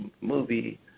movie